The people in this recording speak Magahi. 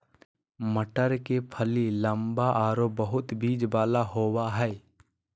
मटर के फली लम्बा आरो बहुत बिज वाला होबा हइ